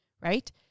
right